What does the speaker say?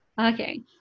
Okay